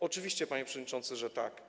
Oczywiście, panie przewodniczący, że tak.